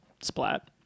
splat